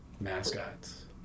mascots